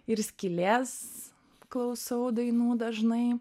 ir skylės klausau dainų dažnai